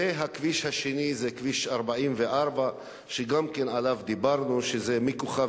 ואפילו, חבר הכנסת בילסקי, שעברת אגף